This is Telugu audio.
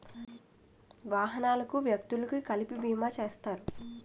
వాహనాలకు వ్యక్తులకు కలిపి బీమా చేస్తారు